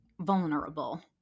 Vulnerable